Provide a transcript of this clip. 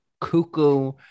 cuckoo